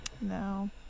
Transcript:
No